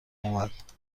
اومد